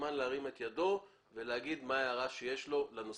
מוזמן להרים את ידו ולומר מה ההערה שיש לו לנושא.